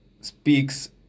speaks